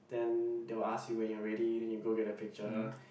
then they will ask you when you're ready then you go get the picture